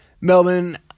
Melbourne